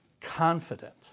confident